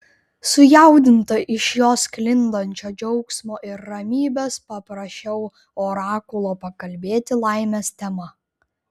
sujaudinta iš jo sklindančio džiaugsmo ir ramybės paprašiau orakulo pakalbėti laimės tema